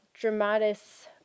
dramatis